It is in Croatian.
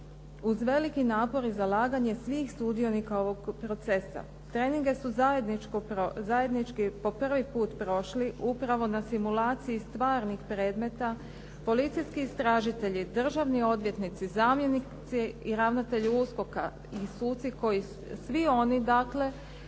Uz veliki napor i zalaganje svih sudionika ovog procesa treninge su zajednički po prvi put prošli upravo na simulaciji stvarnih predmeta policijski istražitelji, državni odvjetnici, zamjenici i ravnatelji USKOK-a i suci, svi oni dakle